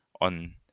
on